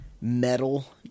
metal